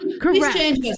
correct